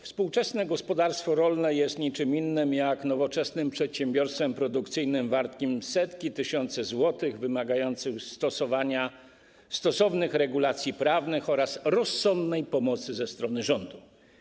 Współczesne gospodarstwo rolne jest niczym innym jak nowoczesnym przedsiębiorstwem produkcyjnym wartym setki, tysiące złotych, wymagającym stosownych regulacji prawnych oraz rozsądnej pomocy ze strony rządu.